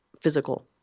physical